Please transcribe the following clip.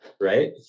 right